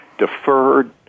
deferred